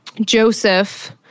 Joseph